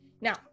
Now